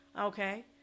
okay